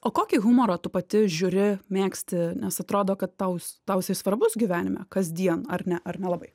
o kokį humorą tu pati žiūri mėgsti nes atrodo kad tau jis tau jisai svarbus gyvenime kasdien ar ne ar nelabai